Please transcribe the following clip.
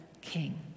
king